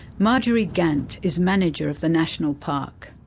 marjorie gant is manager of the national park